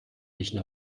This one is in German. riechen